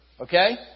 Okay